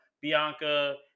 bianca